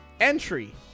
Entry